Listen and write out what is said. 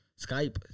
Skype